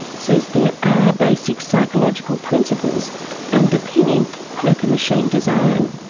says there are basic psychological principles underpinning poker machine design.